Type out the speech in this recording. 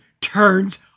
turns